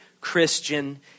Christian